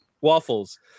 Waffles